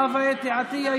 חוה אתי עטייה,